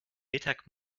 mittag